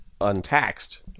untaxed